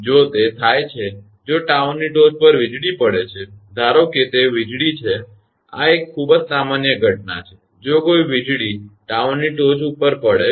જો તે થાય છે જો ટાવરની ટોચ પર વીજળી પડે છે ધારો કે તે વીજળી છે આ એક ખૂબ જ સામાન્ય ઘટના છે જો કોઈ વીજળી ટાવરની ટોચ ઉપર પડે